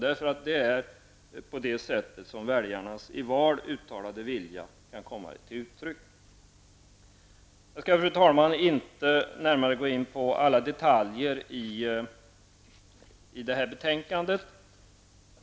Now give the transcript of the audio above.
Det är på detta sätt som väljarnas i val uttalade vilja kan komma till uttryck. Fru talman! Jag skall inte gå närmare in på alla detaljer i detta betänkande.